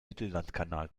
mittellandkanal